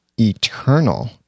eternal